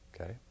Okay